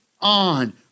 on